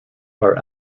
are